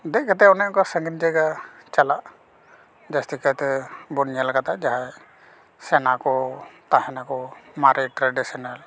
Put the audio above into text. ᱫᱮᱡ ᱠᱟᱛᱮ ᱚᱱᱮ ᱚᱱᱠᱟ ᱥᱟᱺᱜᱤᱧ ᱡᱟᱭᱜᱟ ᱪᱟᱞᱟᱜ ᱡᱟᱹᱥᱛᱤ ᱠᱟᱭᱛᱮ ᱵᱚᱱ ᱧᱮᱞ ᱠᱟᱫᱟ ᱡᱟᱦᱟᱸᱭ ᱥᱮᱱᱟ ᱠᱚ ᱛᱟᱦᱮᱱᱟ ᱠᱚ ᱢᱟᱨᱮ ᱴᱨᱮᱰᱤᱥᱮᱱᱮᱞ